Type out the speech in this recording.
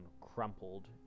crumpled